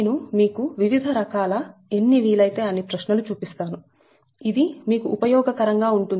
నేను మీకు వివిధ రకాల ఎన్ని వీలైతే అన్ని ప్రశ్నలు చూపిస్తాను ఇది మీకు ఉపయోగ కరంగా ఉంటుంది